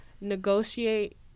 negotiate